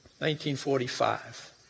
1945